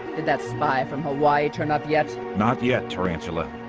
that spy from hawaii turn up yet, not yet tarantula,